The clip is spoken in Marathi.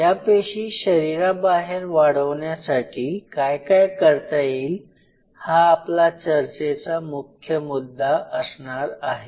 या पेशी शरीराबाहेर वाढवण्यासाठी काय काय करता येईल हा आपला चर्चेचा मुख्य मुद्दा असणार आहे